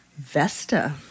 Vesta